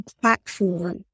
platform